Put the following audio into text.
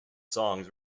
songs